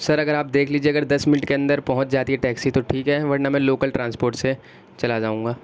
سر اگر آپ دیکھ لیجیے اگر دس منٹ کے اندر پہنچ جاتی ہے ٹیکسی تو ٹھیک ہے ورنہ میں لوکل ٹرانسپوٹ سے چلا جاؤں گا